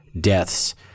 deaths